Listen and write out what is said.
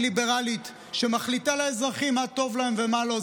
אנטי-ליברלית, שמחליטה לאזרחים מה טוב להם ומה לא.